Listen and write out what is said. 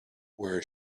where